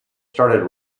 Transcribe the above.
started